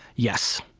yes.